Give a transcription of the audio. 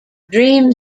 dream